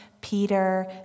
Peter